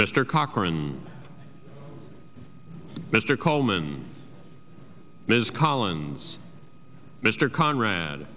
mr cochran mr coleman ms collins mr con